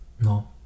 No